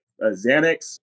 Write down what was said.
xanax